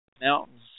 mountains